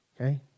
okay